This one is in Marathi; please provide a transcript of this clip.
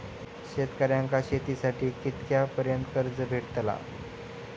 शेतकऱ्यांका शेतीसाठी कितक्या पर्यंत कर्ज भेटताला?